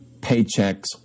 paychecks